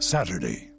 Saturday